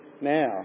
now